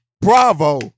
Bravo